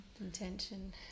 intention